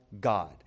God